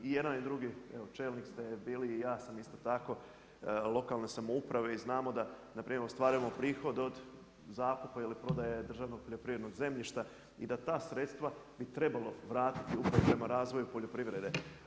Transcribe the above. I jedan i drugi čelnik ste bili i ja sam isto tako lokalne samouprave i znamo da ostvarujemo prihod od zakupa ili prodaje državnog poljoprivrednog zemljišta i da ta sredstva bi trebalo vratiti upravo prema razvoju poljoprivrede.